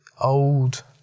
old